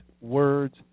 words